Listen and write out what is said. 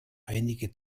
einige